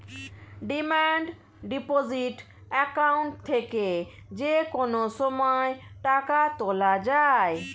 demand deposit account থেকে যে কোনো সময় টাকা তোলা যায়